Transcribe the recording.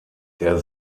der